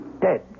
dead